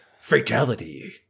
Fatality